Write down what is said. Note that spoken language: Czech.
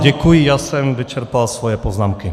Děkuji, já jsem vyčerpal svoje poznámky.